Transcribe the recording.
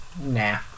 Nah